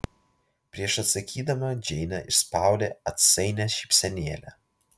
prieš atsakydama džeinė išspaudė atsainią šypsenėlę